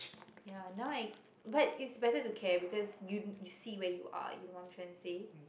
ya now I but it's better to care because you you see where you are you know what I'm trying to say